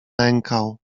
lękał